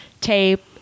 tape